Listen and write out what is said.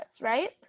right